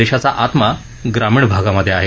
देशाचा आत्मा ग्रामीण भागामधे आहे